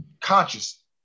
conscious